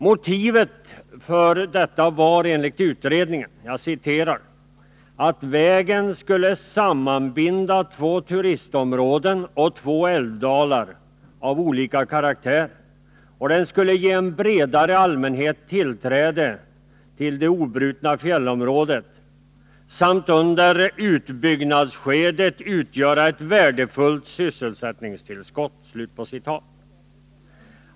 Motivet var, enligt utredningen, att vägen skulle sammanbinda två turistområden och två älvdalar av olika karaktär och att den skulle ge en bredare allmänhet tillträde till det obrutna fjällområdet samt under utbyggnadsskedet utgöra ett värdefullt sysselsättningstillskott.